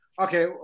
Okay